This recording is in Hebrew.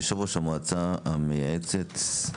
יושב-ראש המועצה המדעית של הר"י.